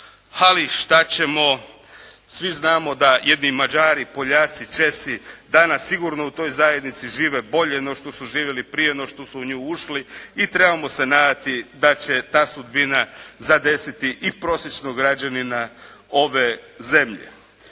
ali šta ćemo. Svi znamo da jedni Mađari, Poljaci, Česi danas sigurno u toj zajednici žive bolje no što su živjeli prije, no što su u nju ušli i trebamo se nadati da će ta sudbina zadesiti i prosječnog građanina ove zemlje.